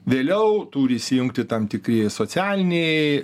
vėliau turi įsijungti tam tikri socialiniai